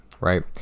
right